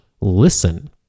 listen